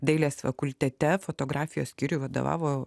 dailės fakultete fotografijos skyriui vadovavo